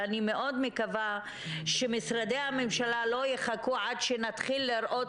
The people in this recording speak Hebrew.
אני מאוד מקווה שמשרדי הממשלה לא יחכו עד שנתחיל לראות